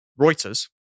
Reuters